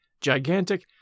gigantic